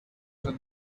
shall